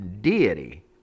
deity